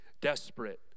desperate